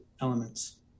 elements